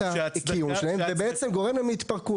הוא מצב שזקוק לשיקום.